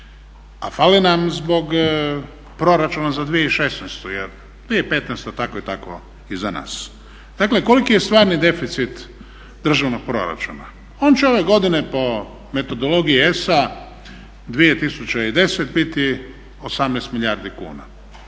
a fale nam zbog proračuna za 2016. jer 2015. je tako i tako iza nas. Dakle koliki je stvarni deficit državnog proračuna? On će ove godine po metodologiji ESA 2010. biti 18 milijardi kuna.